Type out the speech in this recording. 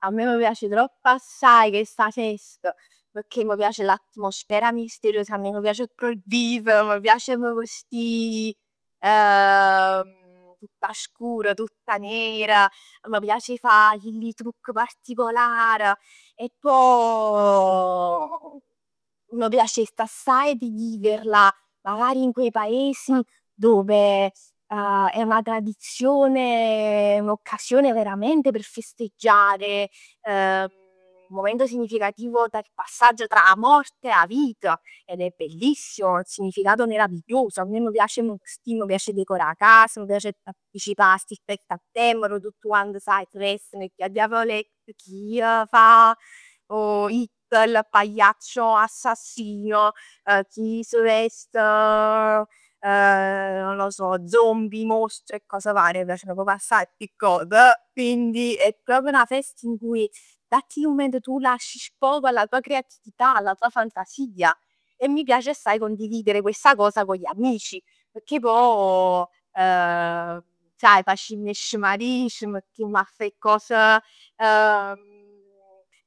A me m' piace tropp assaje chesta fest, pecchè m' piace l'atmosfera misteriosa, a me m' piace 'o proibito, m' piace 'a m' vestì tutta scura, tutta nera. M'piace 'e fa chill trucchi particolari, e pò m'piace 'e sta assaje, di viverla, magari in quei paesi, dove magari è 'na tradizione, un'occasione veramente per festeggiare un momento significativo tra il passaggio tra 'a morte e 'a vita ed è bellissimo, il significato meraviglioso. A me m' piace 'e m' vestì, m' piace 'e decorà 'a casa, m' piace 'e partecipà a sti feste a tema, arò tutt quant saje s' vesteno, chi 'a diavolett, chi fa IT il pagliaccio assassino. Chi s' vest non lo so, zombie, mostri e cose varie. M' piaceno proprio assaje sti cos, quindi è proprio una festa in cui, dint 'a chillu mument tu dai proprio sfogo alla tua creatività, alla tua fantasia. E m' piace assaje condividere questa cosa con gli amici, pecchè poj, saje facimm 'e scemarie, ci mettimm 'a fa 'e cos.